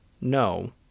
no